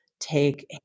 take